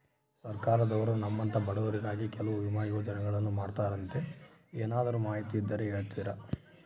ಸರ್ಕಾರದವರು ನಮ್ಮಂಥ ಬಡವರಿಗಾಗಿ ಕೆಲವು ವಿಮಾ ಯೋಜನೆಗಳನ್ನ ಮಾಡ್ತಾರಂತೆ ಏನಾದರೂ ಮಾಹಿತಿ ಇದ್ದರೆ ಹೇಳ್ತೇರಾ?